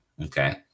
okay